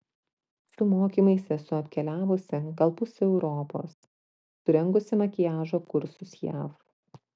su mokymais esu apkeliavusi gal pusę europos surengusi makiažo kursus jav